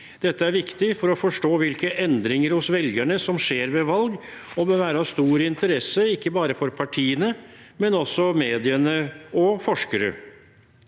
Dette er viktig for å forstå hvilke endringer hos velgerne som skjer ved valg, og bør være av stor interesse, ikke bare for partiene, men også for mediene og forskere.